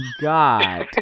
God